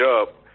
up